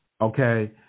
Okay